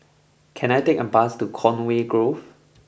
can I take a bus to Conway Grove